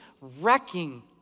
wrecking